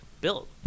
built